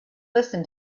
listen